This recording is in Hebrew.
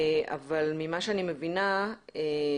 אבל ממה שאני מבינה,